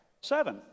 Seven